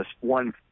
one